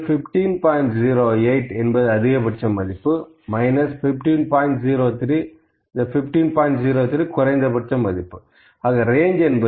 Range அதிகபட்ச மதிப்பு குறைந்தபட்ச மதிப்பு Range 15